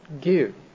give